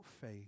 faith